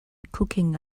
cooking